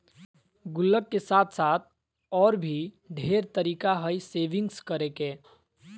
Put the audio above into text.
गुल्लक के साथ साथ और भी ढेर तरीका हइ सेविंग्स करे के